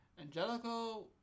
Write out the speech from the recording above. Angelico